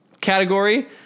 category